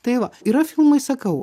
tai va yra filmai sakau